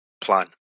plan